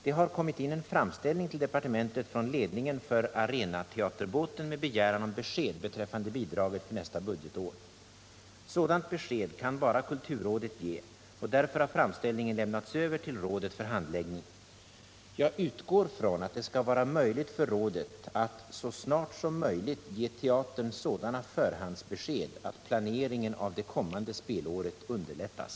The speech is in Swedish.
Det har kommit in en framställning till departementet från ledningen för Arenateaterbåten med begäran om besked beträffande bidraget för nästa budgetår. Sådant besked kan bara kulturrådet ge, och därför har framställningen lämnats över till rådet för handläggning. Jag utgår från att det skall vara möjligt för rådet att, så snart som möjligt, ge teatern sådana förhandsbesked att planeringen av det kommande spelåret underlättas.